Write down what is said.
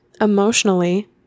emotionally